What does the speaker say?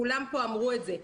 כולם פה אמרו את זה.